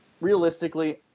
realistically